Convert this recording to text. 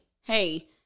Hey